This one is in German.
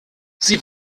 sie